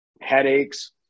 headaches